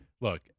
look